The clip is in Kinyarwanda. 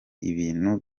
ibintu